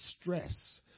stress